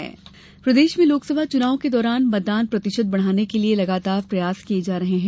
मतदाता जागरूकता प्रदेश में लोकसभा चुनाव के दौरान मतदान प्रतिशत बढ़ाने के लिए लगातार प्रयास किए जा रहे हैं